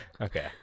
Okay